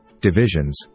divisions